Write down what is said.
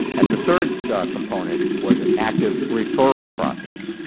and the third component was an active referral process.